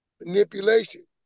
Manipulation